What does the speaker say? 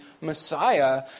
Messiah